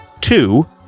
two